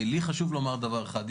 לי חשוב לומר דבר אחד.